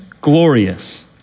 glorious